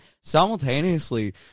simultaneously